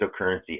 cryptocurrency